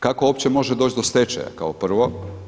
Kako uopće može doći do stečaja kao prvo?